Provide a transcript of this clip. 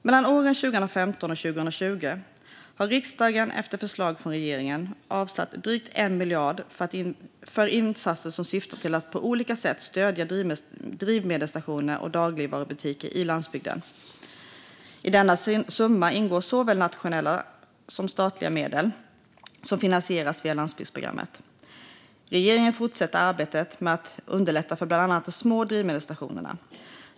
Mellan åren 2015 och 2020 har riksdagen efter förslag från regeringen avsatt drygt 1 miljard kronor för insatser som syftar till att på olika sätt stödja drivmedelsstationer och dagligvarubutiker i landsbygder. I denna summa ingår såväl nationella statliga medel som de medel som finansierats via landsbygdsprogrammet. Regeringen fortsätter arbetet med att underlätta för bland annat de små drivmedelsstationerna.